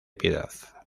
piedad